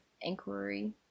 inquiry